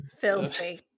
Filthy